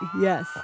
yes